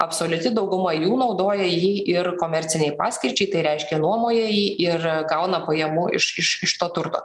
absoliuti dauguma jų naudoja jį ir komercinei paskirčiai tai reiškia nuomoja jį ir gauna pajamų iš iš iš to turto